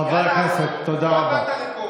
חברי הכנסת, תודה.